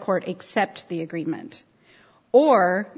court accept the agreement or